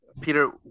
Peter